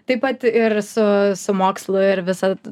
taip pat ir su su mokslu ir visa